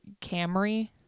Camry